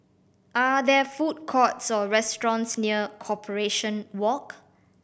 are there food courts or restaurants near Corporation Walk